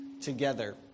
together